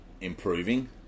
improving